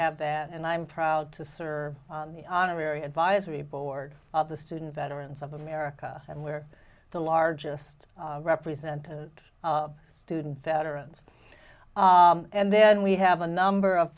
have that and i'm proud to serve on the honorary advisory board of the student veterans of america and we are the largest representing student veterans and then we have a number of